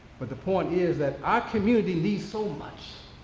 but the point is that our community needs so much